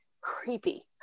creepy